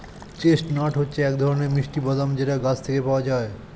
chestnut হচ্ছে এক ধরনের মিষ্টি বাদাম যেটা গাছ থেকে পাওয়া যায়